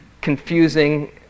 confusing